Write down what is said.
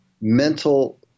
mental